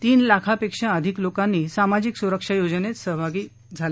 तीन लाखापेक्षा अधिक लोकानी सामाजिक सुरक्षा योजनेत सहभागी झाले